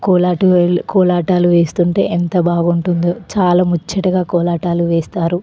కొలాటు కోలాటాలు వేస్తుంటే ఎంత బాగుంటుందో చాలా ముచ్చటగా కోలాటాలు వేస్తారు